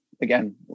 again